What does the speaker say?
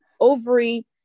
ovary